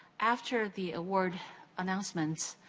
after the award announcements,